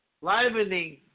livening